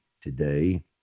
today